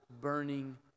burning